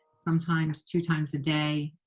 sometimes two times a day.